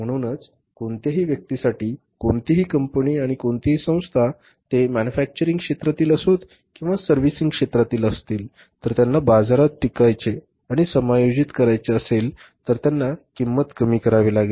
म्हणून कोणत्याही व्यक्तीसाठी कोणतीही कंपनी कोणतीही संस्था ते मॅन्युफॅक्चरिंग क्षेत्रातील असोत किंवा सर्व्हिसिंग क्षेत्रात असतील जर त्यांना बाजारात टिकायचे आणि समायोजित करायचे असेल तर त्यांना किंमत कमी करावी लागेल